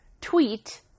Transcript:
tweet